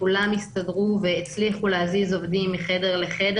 כולם הסתדרו והצליחו להזיז עובדים מחדר לחדר